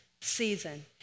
season